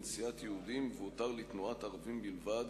לנסיעת יהודים והותר לתנועת ערבים בלבד.